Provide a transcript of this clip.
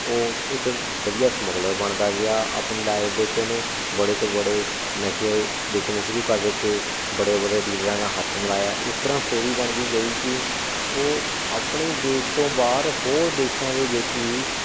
ਉਹ ਇੱਕ ਵਧੀਆ ਸਮੱਗਲਰ ਬਣਦਾ ਗਿਆ ਆਪਣੀ ਲਾਈਫ ਵਿੱਚ ਉਹਨੇ ਬੜੇ ਤੋਂ ਬੜੇ ਨਸ਼ੇ ਵੇਚਣੇ ਸ਼ੁਰੂ ਕਰ ਦਿੱਤੇ ਬੜੇ ਬੜੇ ਡੀਲਰਾਂ ਨਾਲ ਹੱਥ ਮਿਲਾਇਆ ਇਸ ਤਰ੍ਹਾਂ ਸਟੋਰੀ ਬਣਦੀ ਗਈ ਕਿ ਉਹ ਆਪਣੇ ਦੇਸ਼ ਤੋਂ ਬਾਹਰ ਹੋਰ ਦੇਸ਼ਾਂ ਦੇ ਵਿੱਚ ਵੀ